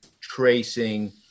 tracing